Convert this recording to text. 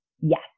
yes